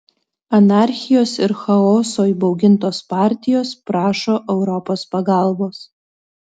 anarchijos ir chaoso įbaugintos partijos prašo europos pagalbos